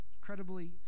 Incredibly